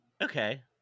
Okay